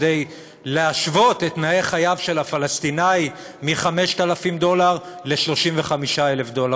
כדי להשוות את תנאי חייו של הפלסטיני מ-5,000 דולר ל-35,000 דולר.